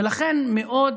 לכן מאוד